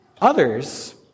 Others